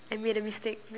I made a mistake